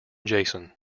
jason